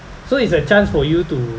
so it's a chance for you to